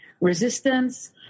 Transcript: resistance